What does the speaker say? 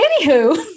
Anywho